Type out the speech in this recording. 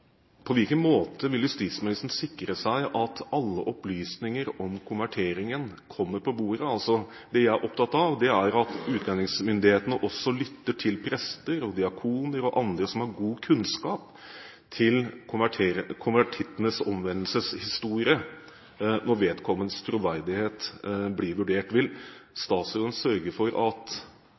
På hvilken måte vil justisministeren sikre seg at alle opplysninger om konverteringen kommer på bordet? Det jeg er opptatt av, er at utlendingsmyndighetene også lytter til prester, diakoner og andre som har god kunnskap om konvertittenes omvendelseshistorie når vedkommendes troverdighet blir vurdert. Vil statsråden sørge for at